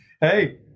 Hey